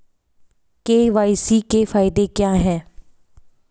KYC के फायदे क्या है?